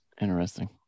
interesting